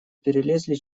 перелезли